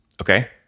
Okay